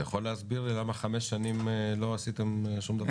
אתה יכול להסביר למה חמש שנים לא עשיתם שום דבר?